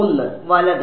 1 വലത്